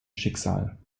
schicksal